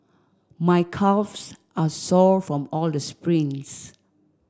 my calves are sore from all the sprints